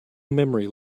memory